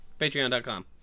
patreon.com